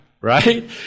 right